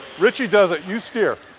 richie does it, you steer.